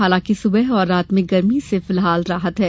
हालाकिं सुबह और रात में गर्मी से फिलहाल राहत है